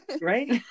right